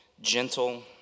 gentle